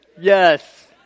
Yes